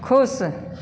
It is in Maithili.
खुश